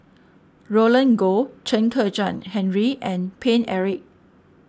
Roland Goh Chen Kezhan Henri and Paine Eric